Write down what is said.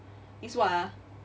is what ah